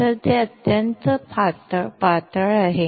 तर ते अत्यंत पातळ आहे